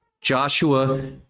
Joshua